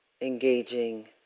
engaging